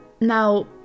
Now